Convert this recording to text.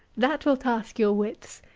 that will task your wits!